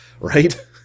right